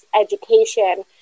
education